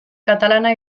katalana